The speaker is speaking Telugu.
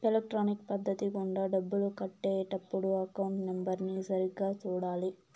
ఎలక్ట్రానిక్ పద్ధతి గుండా డబ్బులు కట్టే టప్పుడు అకౌంట్ నెంబర్ని సరిగ్గా సూడాలి